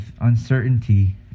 uncertainty